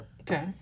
Okay